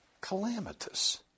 calamitous